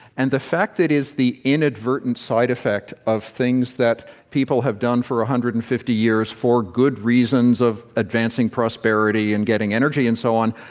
and the fact that is the inadvertent side effect of things that people have done for one ah hundred and fifty years for good reasons of advancing prosperity and getting energy and so on,